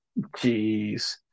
Jeez